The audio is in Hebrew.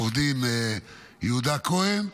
עו"ד יהודה כהן,